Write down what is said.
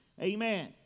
Amen